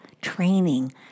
training